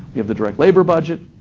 we have the direct labor budget.